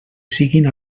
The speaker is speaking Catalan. siguin